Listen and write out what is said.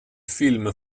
film